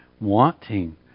wanting